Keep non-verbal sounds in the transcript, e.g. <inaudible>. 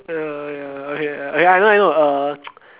ya ya okay okay I know I know uh <noise>